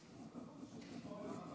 כנסת נכבדה,